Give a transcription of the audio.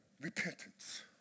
Repentance